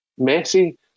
Messi